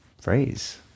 phrase